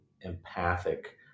empathic